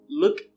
look